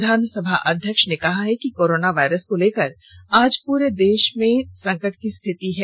विधानसभा अध्यक्ष ने कहा है कि कोरोना वायरस को लेकर आज पूरे देश में संकट की स्थिति है